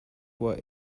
wore